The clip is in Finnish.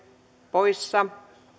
poissa